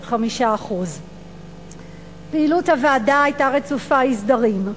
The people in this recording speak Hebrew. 5%. פעילות הוועדה היתה רצופה אי-סדרים.